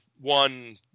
one